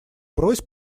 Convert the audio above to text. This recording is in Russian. просьб